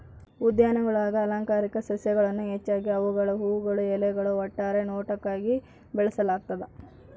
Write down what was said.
ಉದ್ಯಾನಗುಳಾಗ ಅಲಂಕಾರಿಕ ಸಸ್ಯಗಳನ್ನು ಹೆಚ್ಚಾಗಿ ಅವುಗಳ ಹೂವುಗಳು ಎಲೆಗಳು ಒಟ್ಟಾರೆ ನೋಟಕ್ಕಾಗಿ ಬೆಳೆಸಲಾಗ್ತದ